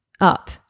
up